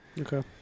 Okay